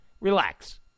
relax